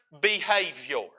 behavior